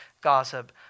gossip